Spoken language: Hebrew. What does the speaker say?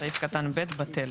סעיף קטן (ב) בטל,